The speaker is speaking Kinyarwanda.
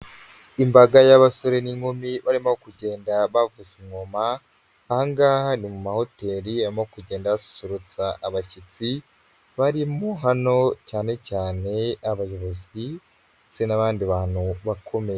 Imbaga y'abasore n'inkumi barimo kugenda bavuza ingoma, aha ngaha ni mu mahoteri arimo kugenda asusurutsa abashyitsi, barimo hano cyane cyane abayobozi ndetse n'abandi bantu bakomeye.